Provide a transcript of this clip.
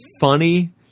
funny